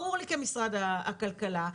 ברור לי כמשרד הכלכלה,